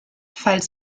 falls